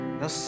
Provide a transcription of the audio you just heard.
no